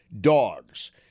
Dogs